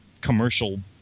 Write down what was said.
commercial